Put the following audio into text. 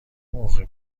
موقع